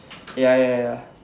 ya ya ya ya